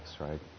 right